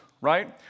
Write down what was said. Right